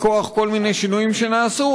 מכוח כל מיני שינויים שנעשו,